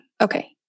Okay